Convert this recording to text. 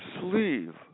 sleeve